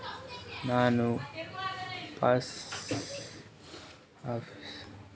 ನಾ post office ನಾಗ್ ಐಯ್ದ ಸಾವಿರ್ದು ಬಾಂಡ್ ತಗೊಂಡಿನಿ